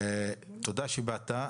תודה שבאת.